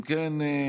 אם כן,